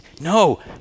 no